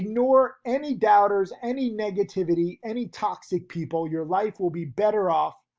ignore any doubters, any negativity, any toxic people, your life will be better off